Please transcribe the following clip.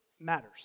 matters